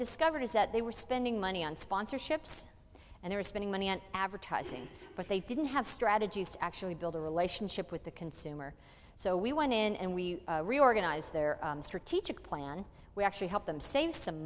discovered is that they were spending money on sponsorships and they were spending money on advertising but they didn't have strategies to actually build a relationship with the consumer so we went in and we reorganize their strategic plan we actually help them save some